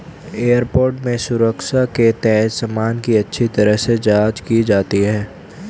airport में सुरक्षा के तहत सामान की अच्छी तरह से जांच की जाती है